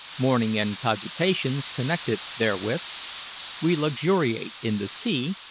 morning, and cogitations connected therewith we luxuriate in the sea,